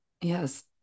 yes